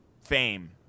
fame